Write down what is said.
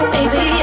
Baby